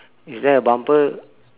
is there a bumper